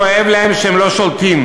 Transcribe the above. כואב להם שהם לא שולטים.